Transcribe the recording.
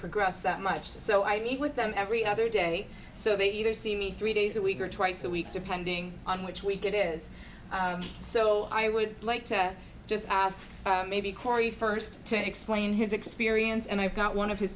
progress that much so i meet with them every other day so they either see me three days a week or twice a week depending on which week it is so i would like to just ask maybe corey first to explain his experience and i've got one of his